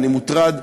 אני מוטרד,